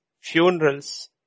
funerals